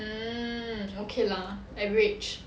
mm okay lah average